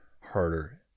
harder